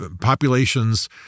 populations